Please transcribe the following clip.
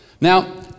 Now